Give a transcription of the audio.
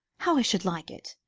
how i should like it!